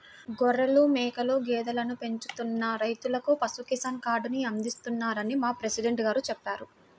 గొర్రెలు, మేకలు, గేదెలను పెంచుతున్న రైతులకు పశు కిసాన్ కార్డుని అందిస్తున్నారని మా ప్రెసిడెంట్ గారు చెప్పారు